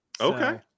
okay